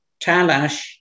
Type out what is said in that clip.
Talash